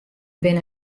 binne